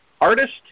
artist